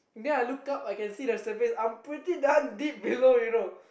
then I look up I can see the surface I 'm pretty darn deep below you know